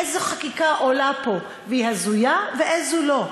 איזו חקיקה עולה פה והיא הזויה ואיזו לא.